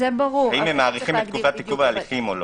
האם הם מאריכים את תקופת עיכוב ההליכים או לא.